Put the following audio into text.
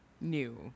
New